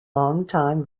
longtime